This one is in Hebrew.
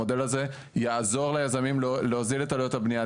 המודל יעזור ליזמים להוזיל את עלויות הבניה,